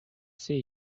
see